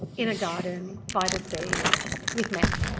in a garden by the sea with mem